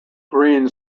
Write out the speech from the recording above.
green